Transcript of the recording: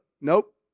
Nope